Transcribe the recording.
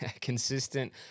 consistent